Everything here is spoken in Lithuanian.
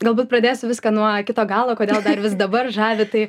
galbūt pradėsiu viską nuo kito galo kodėl dar vis dabar žavi tai